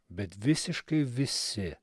bet visiškai visi